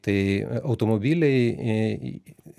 tai automobiliai